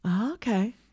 okay